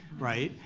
right?